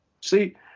see